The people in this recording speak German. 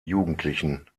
jugendlichen